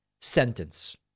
sentence